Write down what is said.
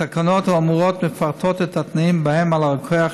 התקנות האמורות מפרטות את התנאים שבהם על הרוקח